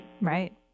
Right